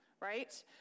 right